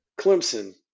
Clemson